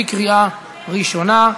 בקריאה ראשונה.